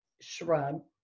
shrub